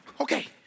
Okay